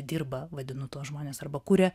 dirba vadinu tuos žmones arba kuria